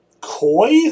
coy